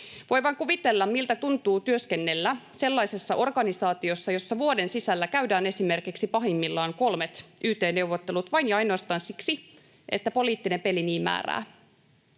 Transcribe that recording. Voi vain kuvitella, miltä tuntuu työskennellä sellaisessa organisaatiossa, jossa vuoden sisällä käydään esimerkiksi pahimmillaan kolmet yt-neuvottelut vain ja ainoastaan siksi, että poliittinen peli niin määrää.